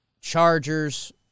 Chargers